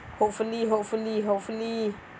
hopefully hopefully hopefully